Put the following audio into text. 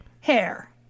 hair